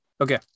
Okay